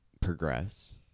progress